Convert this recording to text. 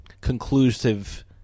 conclusive